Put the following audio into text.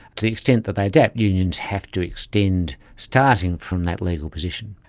to the extent that they adapt, unions have to extend starting from that legal position.